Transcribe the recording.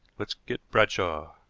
let's get bradshaw.